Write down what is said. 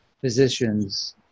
physicians